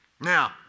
Now